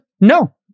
No